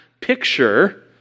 picture